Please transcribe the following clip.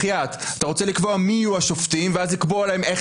אתה רוצה לקבוע מי יהיו השופטים ואז לקבוע להם איך